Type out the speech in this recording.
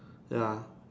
ya